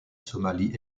somalie